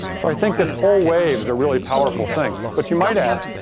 so, i think this whole wave is a really powerful thing. but you might ask,